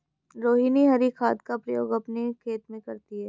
रोहिनी हरी खाद का प्रयोग अपने खेत में करती है